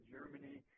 Germany